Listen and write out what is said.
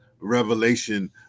revelation